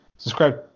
Subscribe